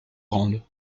grande